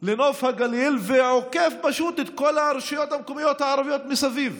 לנוף הגליל ועוקף פשוט את כל הרשויות המקומיות הערביות מסביב,